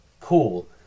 cool